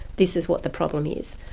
this is what the problem is.